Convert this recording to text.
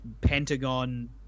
Pentagon